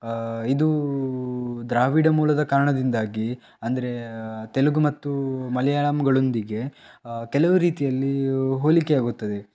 ಇದು ದ್ರಾವಿಡ ಮೂಲದ ಕನ್ನಡದಿಂದಾಗಿ ಅಂದರೆ ತೆಲುಗು ಮತ್ತು ಮಲಯಾಳಂಗಳೊಂದಿಗೆ ಕೆಲವು ರೀತಿಯಲ್ಲಿ ಹೋಲಿಕೆಯಾಗುತ್ತದೆ